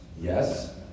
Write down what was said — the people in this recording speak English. Yes